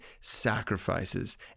sacrifices